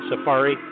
Safari